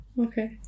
Okay